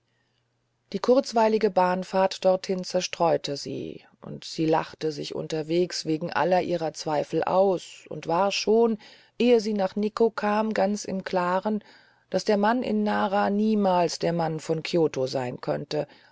die kurzweilige bahnfahrt dorthin zerstreute sie und sie lachte sich unterwegs wegen aller ihrer zweifel aus und war schon ehe sie nach nikko kam ganz im klaren daß der mann in nara niemals der mann von kioto sein könnte